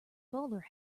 bowler